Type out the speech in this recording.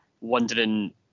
wondering